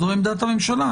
זו היתה עמדת הממשלה.